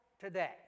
today